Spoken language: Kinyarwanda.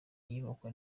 iyubakwa